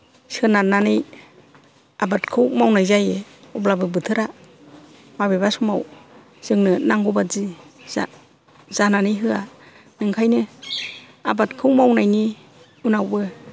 सोनारनानै आबादखौ मावनाय जायो अब्लाबो बोथोरा माबेबा समाव जोंनो नांगौ बादि जा जानानै होआ ओंखायनो आबादखौ मावनायनि उनावबो